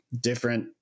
different